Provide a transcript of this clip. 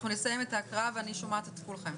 נסיים את ההקראה ואני שומעת את כולכם.